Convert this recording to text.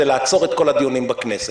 זה לעצור את כל הדיונים בכנסת.